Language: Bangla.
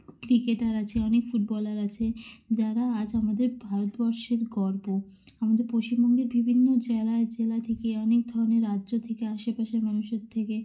ক্রিকেটার আছে অনেক ফুটবলার আছে যারা আজ আমাদের ভারতবর্ষের গর্ব আমাদের পশ্চিমবঙ্গের বিভিন্ন জেলা জেলা থেকে অনেক ধরনের রাজ্য থেকে আশেপাশের মানুষের থেকে